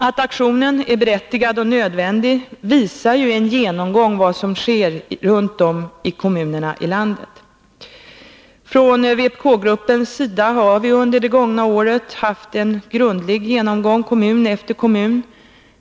Att aktionen är berättigad och nödvändig visar en genomgång av vad som sker i kommunerna runtom i landet. Från vpk-gruppens sida har vi under det gångna året haft en grundlig genomgång kommun efter kommun.